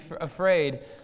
afraid